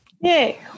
Yay